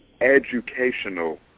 educational